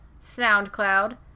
SoundCloud